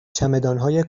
چمدانهای